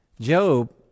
Job